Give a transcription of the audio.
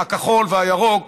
הכחול והירוק,